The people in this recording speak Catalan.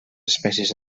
espècies